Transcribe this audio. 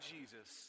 Jesus